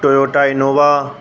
Toyota Innova